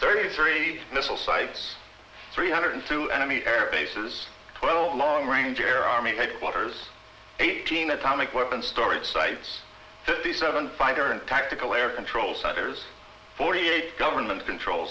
thirty three missile sites three hundred two enemy air bases well long range air army headquarters eighteen atomic weapons storage sites the seven fighter and tactical air control centers forty eight government control